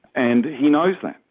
and he knows that,